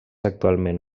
actualment